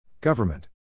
Government